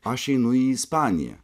aš einu į ispaniją